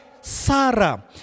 Sarah